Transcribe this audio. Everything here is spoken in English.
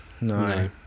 No